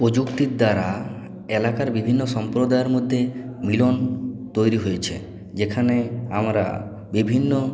প্রযুক্তির দ্বারা এলাকার বিভিন্ন সম্প্রদায়ের মধ্যে মিলন তৈরি হয়েছে যেখানে আমরা বিভিন্ন